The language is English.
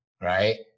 right